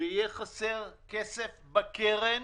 ויהיה חסר כסף בקרן